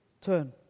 turn